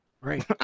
Right